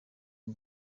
n’u